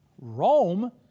Rome